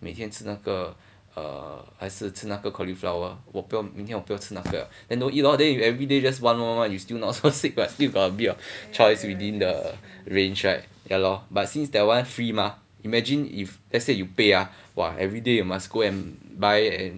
每天吃那个 uh 还是吃那个 cauliflower 我不要明天我不要吃那个 then don't eat lor then you everyday just one one one you not so sick what still got a bit of choice within the range right ya lor but since the one free mah imagine if let's say you pay ah !wah! everyday you must go and buy and